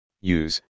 use